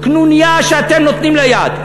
קנוניה שאתם נותנים לה יד.